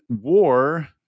war